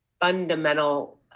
fundamental